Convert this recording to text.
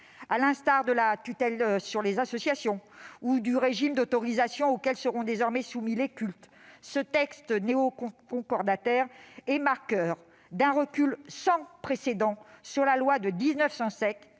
telles que la tutelle sur les associations ou le régime d'autorisation auquel seront désormais soumis les cultes, ce texte néoconcordataire est marqueur d'un recul sans précédent sur la loi de 1905,